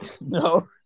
No